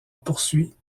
poursuit